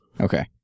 Okay